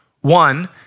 One